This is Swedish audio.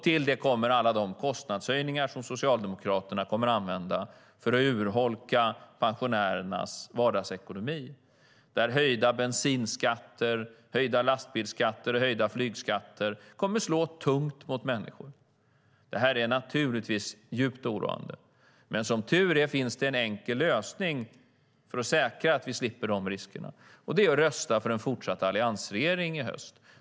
Till detta kommer alla kostnadshöjningar som Socialdemokraterna kommer att använda för att urholka pensionärernas vardagsekonomi. Höjda bensinskatter, höjda lastbilsskatter och höjda flygskatter kommer att slå hårt mot människor. Detta är givetvis djupt oroande. Men som tur är finns det en enkel lösning för att säkra att vi slipper dessa risker. Det är att rösta för en fortsatt alliansregering i höst.